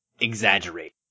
exaggerate